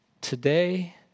today